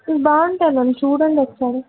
ఇది బాగుంటుంది మ్యామ్ చూడండి ఒకసారి